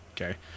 Okay